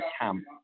camp